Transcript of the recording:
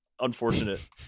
unfortunate